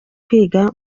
kwiga